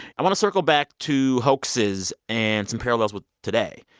i want to circle back to hoaxes and some parallels with today.